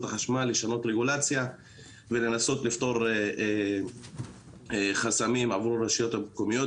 החשמל לשנות רגולציה ולנסות לפתור חסמים עבור רשויות מקומיות.